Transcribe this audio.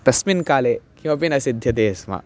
तस्मिन् काले किमपि न सिद्ध्यते स्म